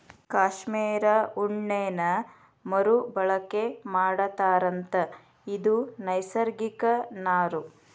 cashmere ಉಣ್ಣೇನ ಮರು ಬಳಕೆ ಮಾಡತಾರಂತ ಇದು ನೈಸರ್ಗಿಕ ನಾರು